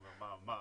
מה,